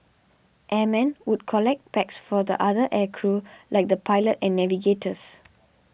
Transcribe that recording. airmen would collect packs for the other air crew like the pilot and navigators